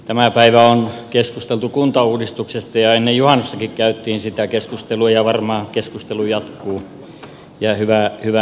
tämä päivä on keskusteltu kuntauudistuksesta ja ennen juhannustakin käytiin sitä keskustelua ja varmaan keskustelu jatkuu ja hyvä näin